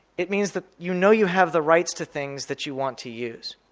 it means that you know you have the rights to things that you want to use.